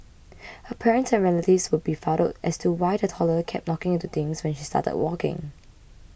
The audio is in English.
her parents and relatives were befuddled as to why the toddler kept knocking into things when she started walking